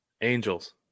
Angels